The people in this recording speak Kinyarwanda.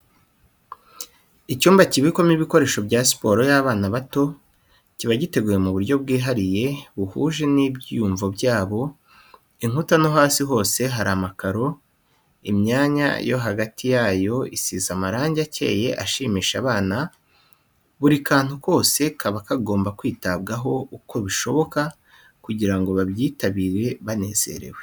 Icyumba kibikwamo ibikoresho bya siporo y'abana bato, kiba giteguye mu buryo bwihariye buhuje n'ibyiyumvo byabo, inkuta no hasi hose harimo amakaro, imyanya yo hagati yayo isize amarangi acyeye ashimisha abana, buri kantu kose kaba kagomba kwitabwaho uko bishoboka kugirango babyitabire banezerewe.